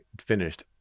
finished